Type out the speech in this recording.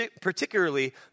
particularly